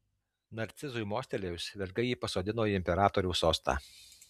narcizui mostelėjus vergai jį pasodino į imperatoriaus sostą